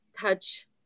touch